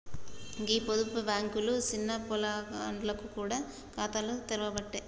గీ పొదుపు బాంకులు సిన్న పొలగాండ్లకు గూడ ఖాతాలు తెరవ్వట్టే